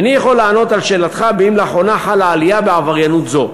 איני יכול לענות על שאלתך אם לאחרונה חלה עלייה בעבריינות זו.